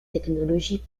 technologies